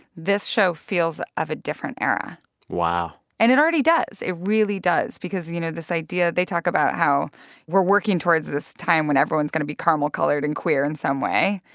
this show feels of a different era wow and it already does. it really does because, you know, this idea they talk about how we're working towards this time when everyone's going to be caramel-colored and queer in some way.